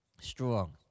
Strong